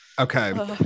okay